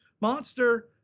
monster